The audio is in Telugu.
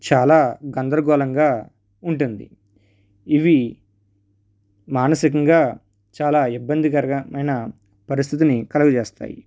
చాలా గందరగోళంగా ఉంటుంది ఇవి మానసికంగా చాలా ఇబ్బందికరమైన పరిస్థితిని కలగచేస్తాయి